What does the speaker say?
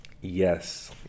Yes